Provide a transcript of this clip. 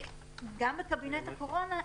גם בקבינט הקורונה.